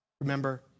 Remember